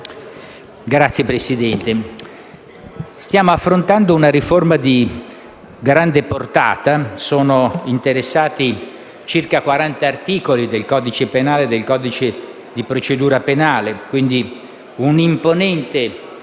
Signor Presidente, stiamo affrontando una riforma di grande portata. Sono interessati circa quaranta articoli del codice penale e del codice di procedura penale, quindi si tratta